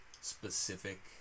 specific